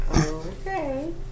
Okay